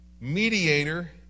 mediator